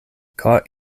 caught